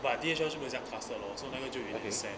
but D_H_L 就被降 cluster lor so 那个就 really sad